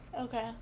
Okay